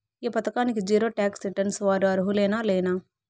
ఈ పథకానికి zero tax returns వారు అర్హులేనా లేనా?